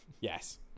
yes